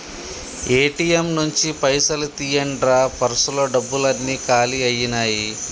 ATM నుంచి పైసలు తీయండ్రా పర్సులో డబ్బులన్నీ కాలి అయ్యినాయి